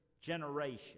generation